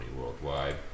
worldwide